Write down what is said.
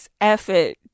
Effort